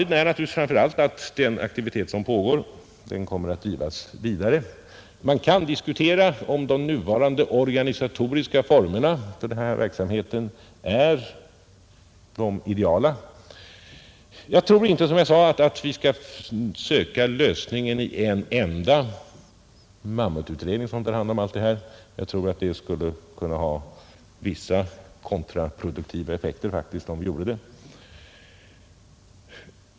Den aktivitet som pågår kommer att drivas vidare, Man kan diskutera om de nuvarande organisatoriska formerna för den här verksamheten är de ideala. Som jag sade tror jag inte att vi skall söka lösningen i en enda mammututredning som tar hand om allt det här. Det skulle faktiskt kunna ha vissa kontraproduktiva effekter om vi gjorde det.